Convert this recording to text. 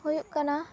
ᱦᱩᱭᱩᱜ ᱠᱟᱱᱟ